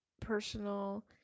personal